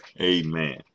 Amen